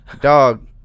Dog